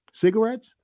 cigarettes